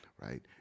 right